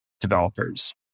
developers